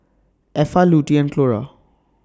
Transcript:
Effa Lutie and Clora